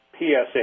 PSA